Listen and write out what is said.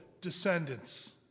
descendants